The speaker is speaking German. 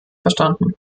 verstanden